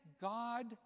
God